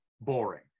boring